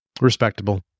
Respectable